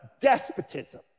despotism